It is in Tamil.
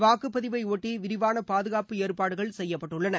வாக்குப்பதிவை ஒட்டி விரிவான பாதுகாப்பு ஏற்பாடுகள் செய்யப்பட்டுள்ளன